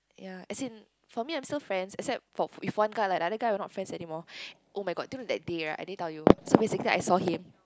ya as in for me I'm still friends except for with one guy lah the other guy I'm not friends anymore oh-my-god that day right I didn't tell you so basically I saw him